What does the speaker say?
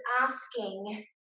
asking